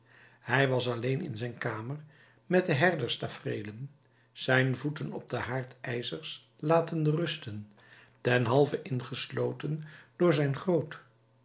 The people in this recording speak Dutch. hij was alleen in zijn kamer met de herderstafereelen zijn voeten op de haardijzers latende rusten ten halve ingesloten door zijn groot